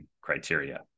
criteria